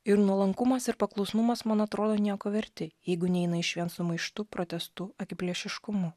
ir nuolankumas ir paklusnumas man atrodo nieko verti jeigu neina išvien su maištu protestu akiplėšiškumu